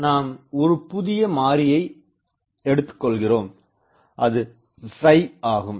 இங்கு நாம் ஒரு புதிய மாறியை எடுத்துக்கொள்கிறோம் அது ஆகும்